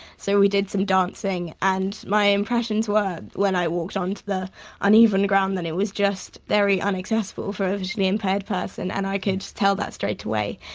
so, we did some dancing and my impressions were, when i walked on to the uneven ground, that it was just very inaccessible for a visually impaired person and i could tell that straightaway.